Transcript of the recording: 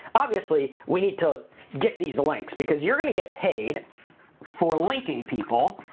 obviously, we need to get these links because you're gonna get paid for linking people